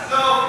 עזוב,